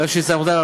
התשס"ד 2014,